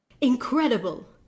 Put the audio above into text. incredible